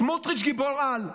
סמוטריץ' גיבור-על.